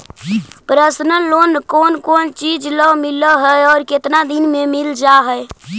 Personal loan कोन कोन चिज ल मिल है और केतना दिन में मिल जा है?